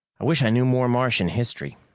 i wish i knew more martian history.